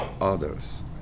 others